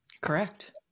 Correct